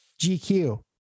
GQ